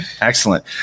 Excellent